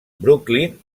brooklyn